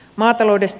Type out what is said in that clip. maataloudesta